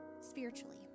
spiritually